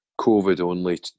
COVID-only